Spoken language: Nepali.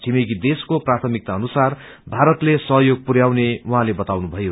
छिमेकी देशको प्राथमिकता अनुसार भारतले सहयोग दिने उहाँले बताउनुभयो